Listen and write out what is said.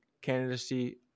candidacy